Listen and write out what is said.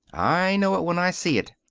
i know it when i see it.